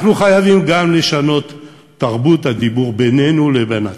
אנחנו חייבים גם לשנות את תרבות הדיבור בינינו לבין עצמנו.